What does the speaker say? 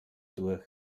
durch